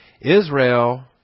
Israel